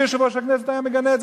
ויושב-ראש הכנסת היה מגנה את זה,